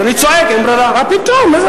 מה פתאום?